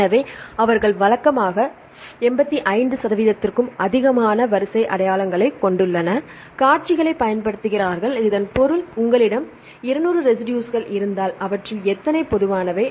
எனவே அவர்கள் வழக்கமாக 85 சதவீதத்திற்கும் அதிகமான வரிசை அடையாளங்களைக் கொண்ட காட்சிகளைப் பயன்படுத்துகிறார்கள் இதன் பொருள் உங்களிடம் 200 ரெசிடுஸ்கள் இருந்தால் அவற்றில் எத்தனை பொதுவானவை